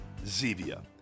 Zevia